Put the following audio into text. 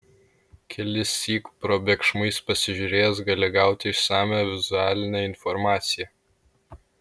kelissyk probėgšmais pasižiūrėjęs gali gauti išsamią vizualinę informaciją